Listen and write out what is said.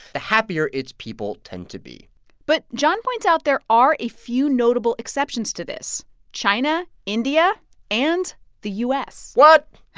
the happier its people tend to be but john points out there are a few notable exceptions to this china, india and the u s what?